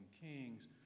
kings